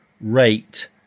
rate